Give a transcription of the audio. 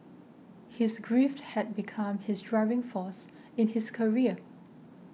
his grief had become his driving force in his career